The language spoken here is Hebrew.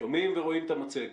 שומעים ורואים את המצגת.